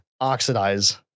oxidize